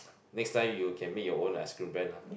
next time you can make your own ice cream brand lah